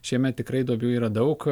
šiemet tikrai duobių yra daug